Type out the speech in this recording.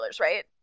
right